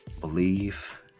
Believe